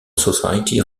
society